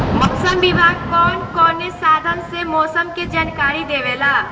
मौसम विभाग कौन कौने साधन से मोसम के जानकारी देवेला?